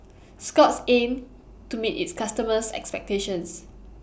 Scott's aims to meet its customers' expectations